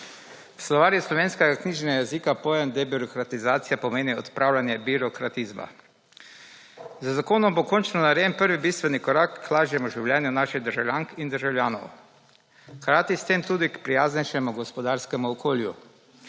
V slovarju slovenskega knjižnega jezika pojem debirokratizacija pomeni odpravljanje birokratizma. Z zakonom bo končno narejen prvi bistveni korak k lažjemu življenju naših državljank in državljanov, hkrati s tem tudi k prijaznejšemu gospodarskemu okolju.